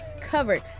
covered